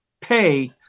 pay